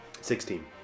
Sixteen